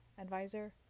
advisor